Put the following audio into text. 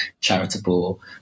charitable